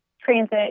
transit